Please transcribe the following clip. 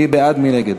מי בעד ומי נגד?